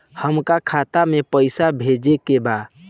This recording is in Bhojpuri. हमका खाता में पइसा भेजे के बा